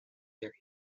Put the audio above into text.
their